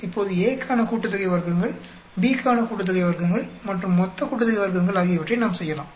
இப்போது A க்கான கூட்டுத்தொகை வர்க்கங்கள் B க்கான கூட்டுத்தொகை வர்க்கங்கள் மற்றும் மொத்த கூட்டுத்தொகை வர்க்கங்கள் ஆகியவற்றை நாம் செய்யலாம்